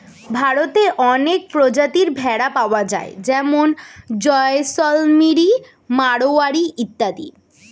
ভারতে অনেক প্রজাতির ভেড়া পাওয়া যায় যেমন জয়সলমিরি, মারোয়ারি ইত্যাদি